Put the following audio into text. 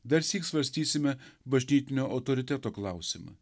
darsyk svarstysime bažnytinio autoriteto klausimą